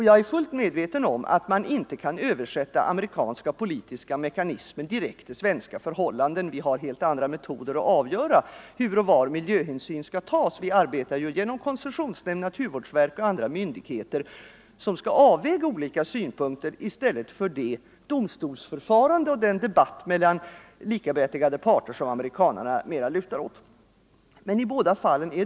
Jag är fullt medveten om att man inte kan översätta amerikanska politiska mekanismer direkt till svenska förhållanden. Vi har helt andra metoder att avgöra hur och var miljöhänsyn skall tas. I stället för det domstolsförfarande och den debatt mellan fria likaberättigade parter som amerikanerna har arbetar vi med t.ex. koncessionsnämnd, naturvårdsverk och andra myndigheter som skall avväga olika synpunkter.